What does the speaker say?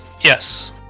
Yes